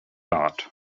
art